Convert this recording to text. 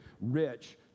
rich